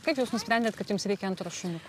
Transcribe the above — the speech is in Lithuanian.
kaip jūs nusprendėt kad jums reikia antro šuniuko